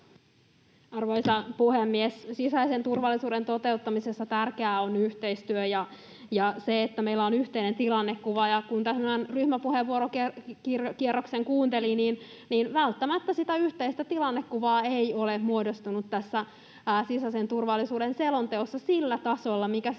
Arvoisa puhemies! Sisäisen turvallisuuden toteuttamisessa tärkeää on yhteistyö ja se, että meillä on yhteinen tilannekuva. Kun tämän ryhmäpuheenvuorokierroksen kuunteli, niin välttämättä sitä yhteistä tilannekuvaa ei ole muodostunut tässä sisäisen turvallisuuden selonteossa sillä tasolla kuin